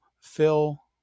fill